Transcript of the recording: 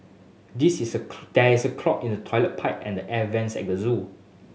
this is a there is a clog in the toilet pipe and air vents at the zoo